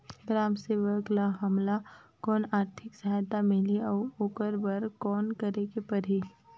ग्राम सेवक ल हमला कौन आरथिक सहायता मिलही अउ ओकर बर कौन करे के परही?